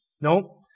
No